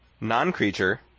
non-creature